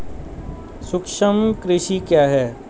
सूक्ष्म कृषि क्या है?